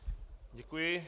Děkuji.